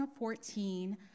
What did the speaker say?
2014